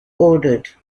ordered